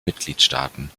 mitgliedstaaten